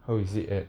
how is it at